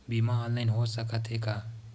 बीमा ऑनलाइन हो सकत हे का?